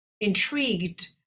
intrigued